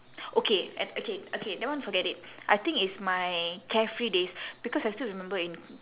okay a~ okay okay that one forget it I think it's my carefree days because I still remember in